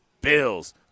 Bills